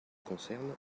concerne